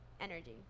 energy